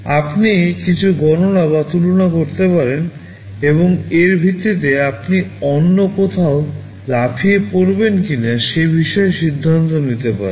আপনি কিছু গণনা বা তুলনা করতে পারেন এবং এর ভিত্তিতে আপনি অন্য কোথাও লাফিয়ে পড়বেন কিনা সে বিষয়ে সিদ্ধান্ত নিতে পারেন